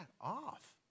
off